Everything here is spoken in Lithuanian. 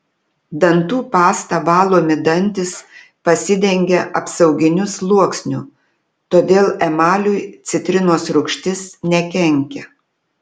dantų pasta valomi dantys pasidengia apsauginiu sluoksniu todėl emaliui citrinos rūgštis nekenkia